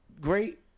great